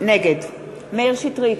נגד מאיר שטרית,